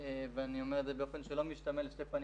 ואני אומר את זה באופן שלא משתמע לשתי פנים